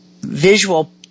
visual